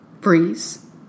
Freeze